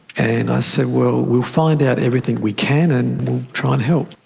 and i said, well, we'll find out everything we can and we'll try and help.